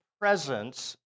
presence